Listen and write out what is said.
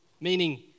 meaning